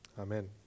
Amen